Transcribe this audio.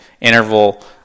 interval